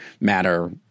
matter